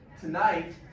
tonight